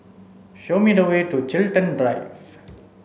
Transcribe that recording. show me the way to Chiltern Drive